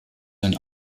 sein